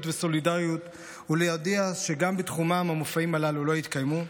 וסולידריות ולהודיע שגם בתחומם המופעים הללו לא יתקיימו.